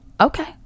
okay